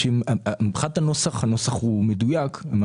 מבחינת הנוסח, הנוסח הוא מדויק.